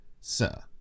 Sir